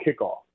kickoff